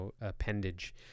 appendage